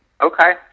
Okay